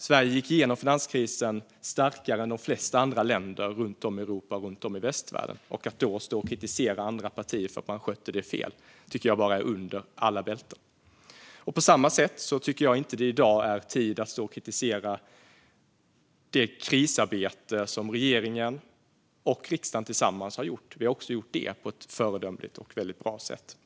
Sverige gick igenom finanskrisen starkare än de flesta andra länder runt om i Europa och runt om i västvärlden. Att då stå och kritisera andra partier för att ha skött det fel tycker jag är ett slag under bältet. På samma sätt tycker jag inte att det i dag är rätt tid att stå och kritisera det krisarbete som regeringen och riksdagen tillsammans har gjort. Vi har gjort också det på ett föredömligt och bra sätt.